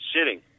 sitting